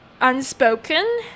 unspoken